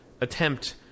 attempt